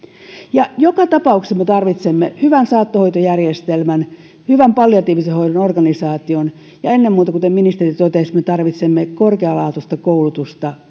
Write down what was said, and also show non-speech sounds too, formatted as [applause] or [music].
joka tapauksessa me tarvitsemme hyvän saattohoitojärjestelmän hyvän palliatiivisen hoidon organisaation ja ennen muuta kuten ministeri totesi me tarvitsemme korkealaatuista koulutusta [unintelligible]